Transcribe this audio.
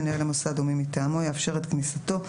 מנהל המוסד או מי מטעמו יאפשר את כניסתו,